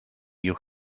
you